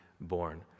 born